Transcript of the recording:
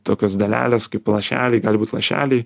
tokios dalelės kaip lašeliai gali būt lašeliai